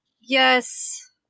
Yes